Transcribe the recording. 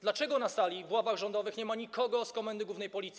Dlaczego na sali w ławach rządowych nie ma nikogo z Komendy Głównej Policji?